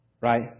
Right